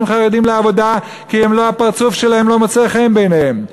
חרדים לעבודה כי הפרצוף שלהם לא מוצא חן בעיניהם.